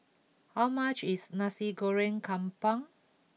how much is Nasi Goreng Kampung